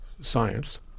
science